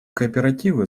кооперативы